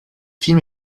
film